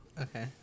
Okay